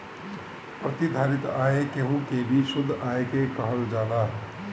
प्रतिधारित आय केहू के भी शुद्ध आय के कहल जाला